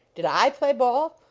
did i play ball?